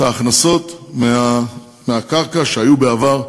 אין בתקציב הכנסות מקרקע שהיו בעבר,